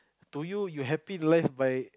to you you happy life by